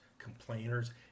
complainers